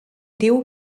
diu